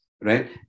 right